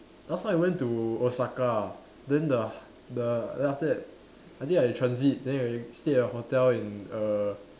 last time I went to Osaka then the the then after that I think I transit then I stay at hotel in err